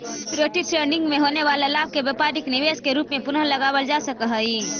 security trading में होवे वाला लाभ के व्यापारिक निवेश के रूप में पुनः लगावल जा सकऽ हई